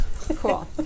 Cool